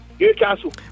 Newcastle